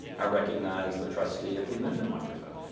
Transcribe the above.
i recognize the trustee at the amendment microphone.